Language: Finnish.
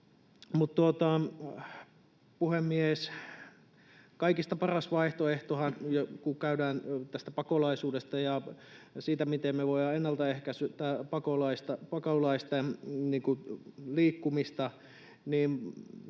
puhemies, kaikista paras vaihtoehtohan — kun käydään keskustelua tästä pakolaisuudesta ja siitä, miten me voidaan ennaltaehkäistä pakolaisten liikkumista